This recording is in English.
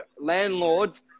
landlords